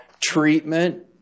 treatment